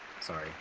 Sorry